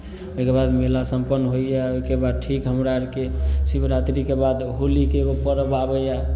ओहिके बाद मेला सम्पन्न होइए ओहिके बाद ठीक हमरा अरके शिवरात्रिके बाद होलीके एगो पर्व आबैए